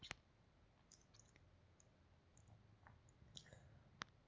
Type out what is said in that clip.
ನೆಲ್ಲಿಕಾಯಿ ಜ್ಯೂಸ್ ಕುಡಿಯೋದ್ರಿಂದ ಕೂದಲು ಬಿಳಿಯಾಗುವ ಸಮಸ್ಯೆ ಇರೋದಿಲ್ಲ